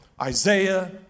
Isaiah